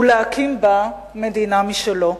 ולהקים בה מדינה משלו.